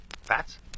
Fats